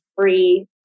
free